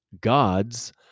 gods